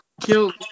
killed